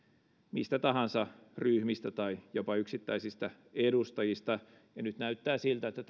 mistä tahansa ryhmistä tai jopa yksittäisistä edustajista ja nyt näyttää siltä että